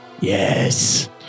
Yes